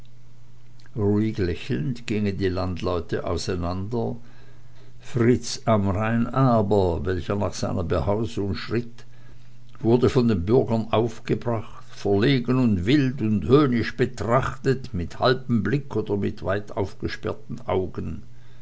ruhig lächelnd gingen die landleute auseinander fritz amrain aber welcher nach seiner behausung schritt wurde von den bürgern aufgebracht verlegen und wild höhnisch betrachtet mit halbem blicke oder mit weit aufgesperrten augen